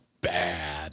bad